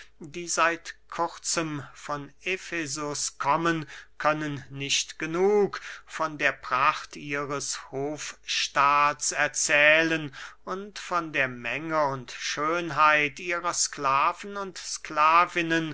die seit kurzem von efesus kommen können nicht genug von der pracht ihres hofstaats erzählen und von der menge und schönheit ihrer sklaven und